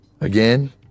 again